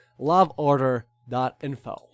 LoveOrder.info